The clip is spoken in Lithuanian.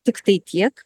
tiktai tiek